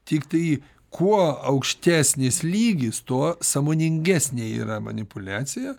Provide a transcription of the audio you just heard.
tiktai kuo aukštesnis lygis tuo sąmoningesnė yra manipuliacija